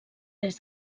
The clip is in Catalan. des